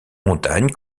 montagne